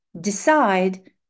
decide